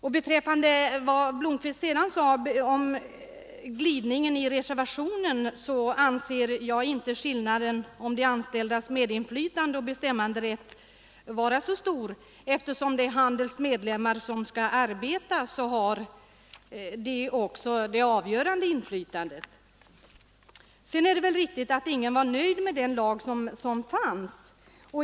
När herr Blomkvist talade om glidningen i reservationen anser jag att skillnaden mellan de anställdas ”medinflytande” och ”bestämmanderätt” inte är så stor. Eftersom det är Handels medlemmar som skall arbeta, så har de också det avgörande inflytandet. Sedan är det väl riktigt att ingen var nöjd med den tidigare lagen.